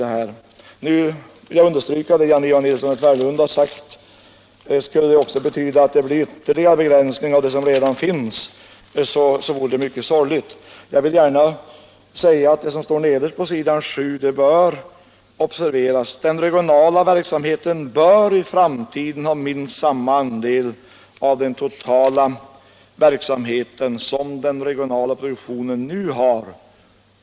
Jag vill understryka vad herr Nilsson i Tvärålund sade, att om detta skulle betyda att det blev en ytterligare begränsning i vad som redan finns vore det sorgligt. Det bör observeras vad som står nederst på s. 7 och överst på s. 8 i betänkandet: ”Den regionala verksamheten bör i framtiden ha minst samma andel av den totala verksamheten som den regionala produktionen nu har —-—--.